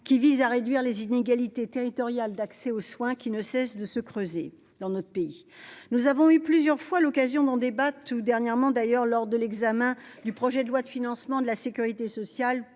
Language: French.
qui vise à réduire les inégalités territoriales d'accès aux soins qui ne cesse de se creuser dans notre pays, nous avons eu plusieurs fois l'occasion d'en débat, tout dernièrement, d'ailleurs lors de l'examen du projet de loi de financement de la Sécurité sociale